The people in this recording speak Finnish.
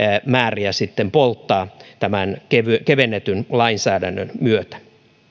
määriä sitten polttaa tämän kevennetyn lainsäädännön myötä